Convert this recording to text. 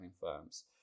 firms